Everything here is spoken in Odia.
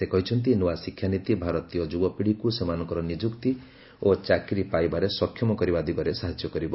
ସେ କହିଛନ୍ତି ନୂଆ ଶିକ୍ଷାନୀତି ଭାରତୀୟ ଯୁବପିଢ଼ିକୁ ସେମାନଙ୍କର ନିଯୁକ୍ତି ଓ ଚାକିରି ପାଇବାରେ ସକ୍ଷମ କରିବା ଦିଗରେ ସାହାଯ୍ୟ କରିବ